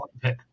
pick